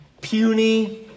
puny